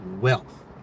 wealth